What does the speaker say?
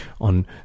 on